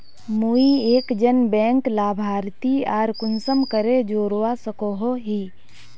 मुई एक जन बैंक लाभारती आर कुंसम करे जोड़वा सकोहो ही?